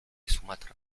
sumatra